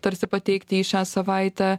tarsi pateikti jį šią savaitę